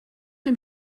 dem